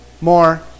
more